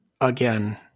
again